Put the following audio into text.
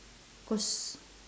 cause